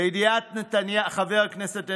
לידיעת חבר הכנסת נתניהו,